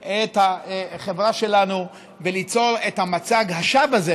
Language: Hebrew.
את החברה שלנו וליצור את מצג השווא הזה,